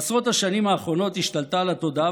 בעשרות השנים האחרונות השתלטה על התודעה